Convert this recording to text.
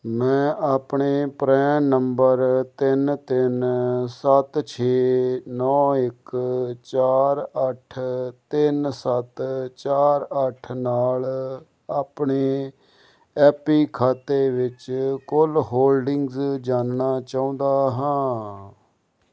ਮੈਂ ਆਪਣੇ PRAN number ਤਿੰਨ ਤਿੰਨ ਸੱਤ ਛੇ ਨੌਂ ਇੱਕ ਚਾਰ ਅੱਠ ਤਿੰਨ ਸੱਤ ਚਾਰ ਅੱਠ ਨਾਲ ਆਪਣੇ ਐਪੀ ਖਾਤੇ ਵਿੱਚ ਕੁੱਲ ਹੋਲਡਿੰਗਜ਼ ਜਾਣਨਾ ਚਾਹੁੰਦਾ ਹਾਂ